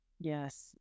Yes